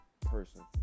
person